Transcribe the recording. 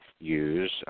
use